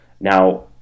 Now